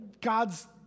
God's